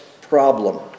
problem